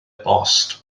bost